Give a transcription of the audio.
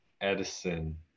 Edison